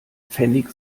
pfennig